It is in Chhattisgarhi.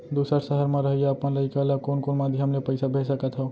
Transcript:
दूसर सहर म रहइया अपन लइका ला कोन कोन माधयम ले पइसा भेज सकत हव?